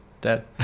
Dead